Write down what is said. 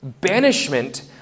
Banishment